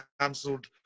cancelled